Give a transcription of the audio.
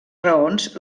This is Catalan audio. raons